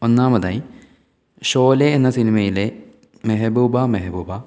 ഒന്നാമതായി ഷോലെ എന്ന സിനിമയിലെ മെഹബൂബ മെഹബൂബ